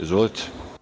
Izvolite.